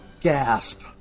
gasp